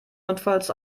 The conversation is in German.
notfalls